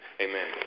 Amen